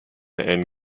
and